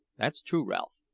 that's true, ralph.